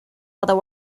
other